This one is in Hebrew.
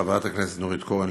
חברת הכנסת נורית קורן,